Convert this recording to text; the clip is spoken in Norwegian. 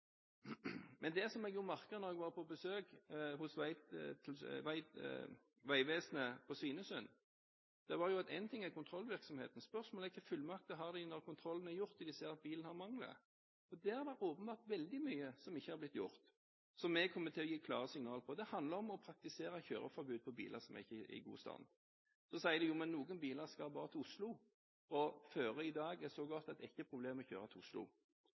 var på besøk hos Vegvesenet på Svinesund, var at én ting er kontrollvirksomheten, men spørsmålet er hvilke fullmakter de har når kontrollen er gjort, og de ser at bilen har mangler. Der er det åpenbart veldig mye som ikke har blitt gjort, og som vi kommer til å gi klare signaler om. Det handler om å praktisere kjøreforbud på biler som ikke er i god stand. Så sier de: Jo, men noen biler skal bare til Oslo, og føret i dag er så godt at det ikke er noe problem å kjøre til Oslo.